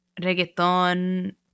reggaeton